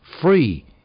Free